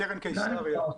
קרן קיסריה.